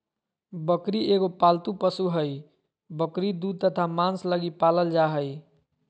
बकरी एगो पालतू पशु हइ, बकरी दूध तथा मांस लगी पालल जा हइ